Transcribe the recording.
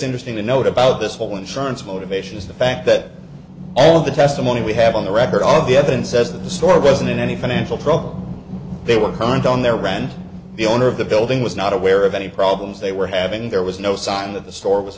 interesting to note about this whole insurance motivation is the fact that all the testimony we have on the record all the evidence says that the store present in any financial trouble they were current on their rent the owner of the building was not aware of any problems they were having there was no sign that the store was